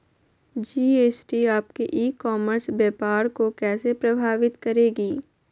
GST आपके e commerce व्यापार को कैसे प्रभावित करेगी?